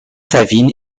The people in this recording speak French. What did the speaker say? savine